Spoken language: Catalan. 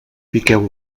piqueu